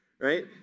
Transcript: right